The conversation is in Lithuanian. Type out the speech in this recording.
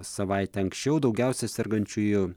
savaite anksčiau daugiausia sergančiųjų